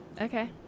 okay